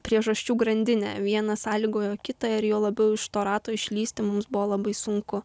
priežasčių grandinę viena sąlygoja kitą ir juo labiau iš to rato išlįsti mums buvo labai sunku